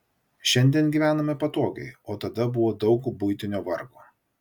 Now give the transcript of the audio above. šiandien gyvename patogiai o tada buvo daug buitinio vargo